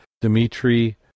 Dmitry